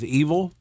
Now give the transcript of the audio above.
evil